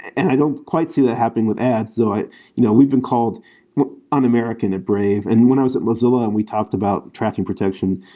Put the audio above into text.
and i don't quite see that happening with ads, so you know we've been called un-american at brave. and when i was at mozilla and we talked about tracking protection,